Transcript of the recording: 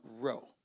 row